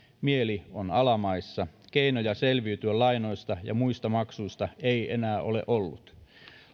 mieli on alamaissa keinoja selviytyä lainoista ja muista maksuista ei enää ole ollut